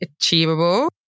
achievable